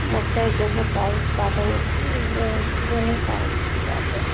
मकई गेहूँ का उत्पादन ऊ लोग गेहूँ का उत्पादन